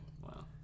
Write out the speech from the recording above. Wow